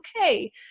okay